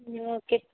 okay